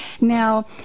Now